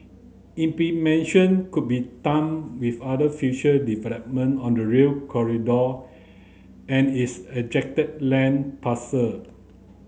implementation could be timed with other future development on the Rail Corridor and its land parcel